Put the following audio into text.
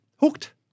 hooked